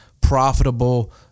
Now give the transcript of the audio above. profitable